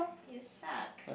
you suck